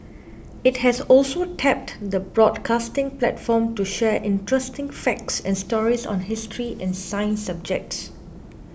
it has also tapped the broadcasting platform to share interesting facts and stories on history and science subjects